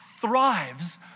thrives